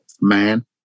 Man